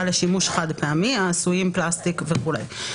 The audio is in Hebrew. לשימוש חד פעמי העשויים פלסטיק וכולי".